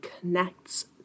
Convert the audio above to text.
connects